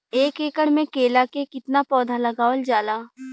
एक एकड़ में केला के कितना पौधा लगावल जाला?